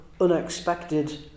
unexpected